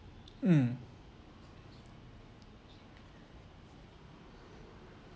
mm